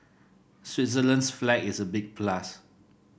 Switzerland's flag is a big plus